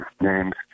names